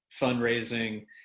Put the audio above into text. fundraising